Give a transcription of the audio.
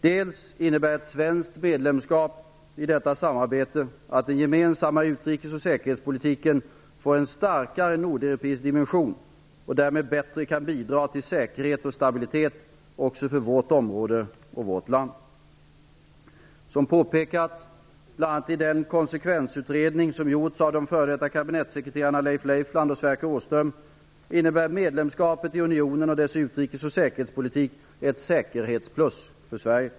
Dels innebär ett svenskt medlemskap i detta samarbete att den gemensamma utrikes och säkerhetspolitiken får en starkare nordeuropeisk dimension och därmed bättre kan bidra till säkerhet och stabilitet också för vårt område och vårt land. Som påpekats bl.a. i den konsekvensutredning som gjorts av de f.d. kabinettssekreterarna Leif Leifland och Sverker Åström innebär medlemskapet i unionen och dess utrikes och säkerhetspolitik ett säkerhetsplus för Sverige.